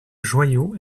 joyau